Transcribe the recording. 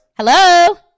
hello